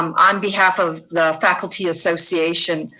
um on behalf of the faculty association,